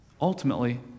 Ultimately